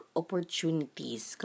opportunities